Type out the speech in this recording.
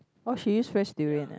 oh she eat fresh durian ah